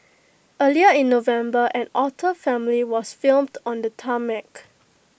earlier in November an otter family was filmed on the tarmac